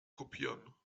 kopieren